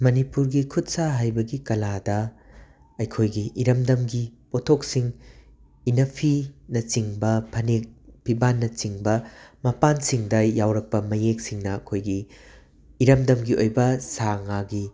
ꯃꯅꯤꯄꯨꯔꯒꯤ ꯈꯨꯠ ꯁꯥ ꯍꯩꯕꯒꯤ ꯀꯂꯥꯗ ꯑꯩꯈꯣꯏꯒꯤ ꯏꯔꯝꯗꯝꯒꯤ ꯄꯣꯠꯊꯣꯛꯁꯤꯡ ꯏꯟꯅꯐꯤꯅꯆꯤꯡꯕ ꯐꯅꯦꯛ ꯐꯤꯕꯥꯟꯅꯆꯤꯡꯕ ꯃꯄꯥꯟꯁꯤꯡꯗ ꯌꯥꯎꯔꯛꯄ ꯃꯌꯦꯛꯁꯤꯡꯅ ꯑꯩꯈꯣꯏꯒꯤ ꯏꯔꯝꯗꯝꯒꯤ ꯑꯣꯏꯕ ꯁꯥ ꯉꯥꯒꯤ